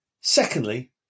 Secondly